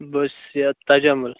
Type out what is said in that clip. بہٕ حظ چھُس یہِ تجمُل